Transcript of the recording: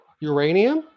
Uranium